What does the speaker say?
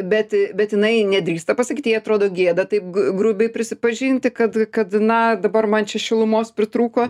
bet bet jinai nedrįsta pasakyt jai atrodo gėda taip grubiai prisipažinti kad kad na dabar man čia šilumos pritrūko